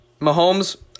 Mahomes